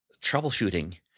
troubleshooting